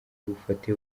bufate